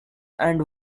and